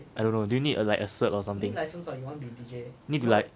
I don't know do you need a like a cert or something need to like